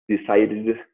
decided